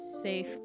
safe